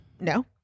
No